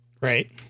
Right